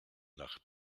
nach